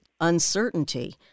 uncertainty